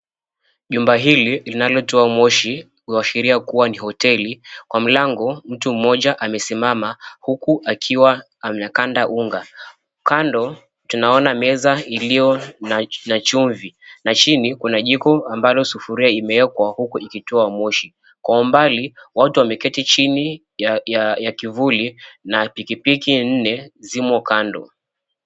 Jumba hili linalotoa moshi kuashiria kuwa ni hoteli, kwa mlango mtu mmoja amesimama huku akiwa anakanda unga. Kando tunaona meza iliyo na chumvi, na chini kuna jiko ambalo sufuria imewekwa huku ikitoa moshi. Kwa umbali watu wameketi chini ya kivuli, na pikipiki nne zimo kando.